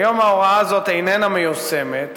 כיום ההוראה הזאת איננה מיושמת,